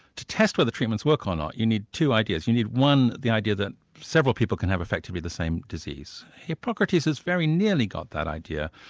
to test whether treatments work or not, you need two ideas you need one the idea that several people can have effectively the same disease. hippocrates has very nearly got that idea,